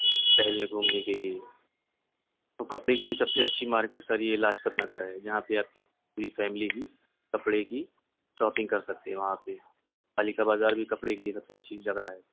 ٹہلنے گھومنے کے لیے تو کپڑے کے لیے سب سے اچھی مارکٹ سر یہ لاجپت نگر ہے یہاں پہ آپ کی پوری فیملی ہی کپڑے کی شاپنگ کر سکتی ہو وہاں پہ پالیکا بازار بھی کپڑے کے لیے سب سے اچھی جگہ ہے